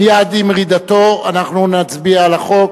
מייד עם ירידתו אנחנו נצביע על החוק,